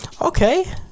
okay